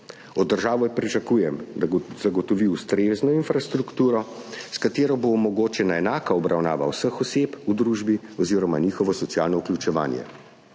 Od države pričakujem, da zagotovi ustrezno infrastrukturo, s katero bo omogočena enaka obravnava vseh oseb v družbi oziroma njihovo socialno vključevanje.